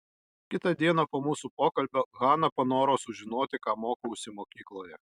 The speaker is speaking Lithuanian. kitą dieną po mūsų pokalbio hana panoro sužinoti ką mokausi mokykloje